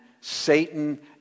Satan